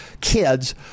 kids